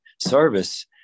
service